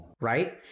Right